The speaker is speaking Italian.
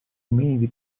ominidi